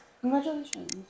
Congratulations